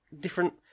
different